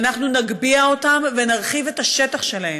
שאנחנו נגביה אותם ונרחיב את השטח שלהם.